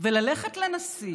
וללכת לנשיא